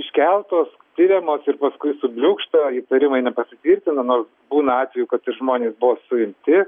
iškeltos tiriamos ir paskui subliūkšta įtarimai nepasitvirtina nors būna atvejų kad žmonės buvo suimti